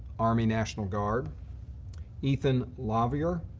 army national guard ethan lawver,